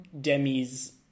Demi's